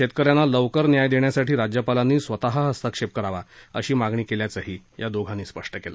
शेतक यांना लवकर न्याय देण्यासाठी राज्यपालांनी स्वतः हस्तक्षेप करावा अशी मागणी केल्याचंही या दोघांनी स्पष्ट केलं